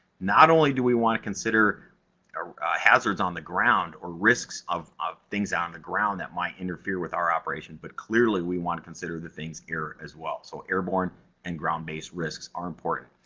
not only do we want to consider hazards on the ground or risks of of things out on the ground that might interfere with our operations, but clearly, we want to consider the things air as well. so, airborne and ground-based risks are important.